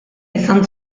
izan